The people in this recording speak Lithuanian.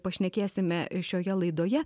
pašnekėsime šioje laidoje